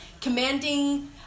commanding